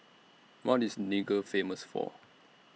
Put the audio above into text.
What IS Niger Famous For